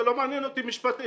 ולא מעניין אותי משפטנים.